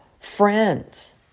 friends